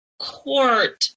court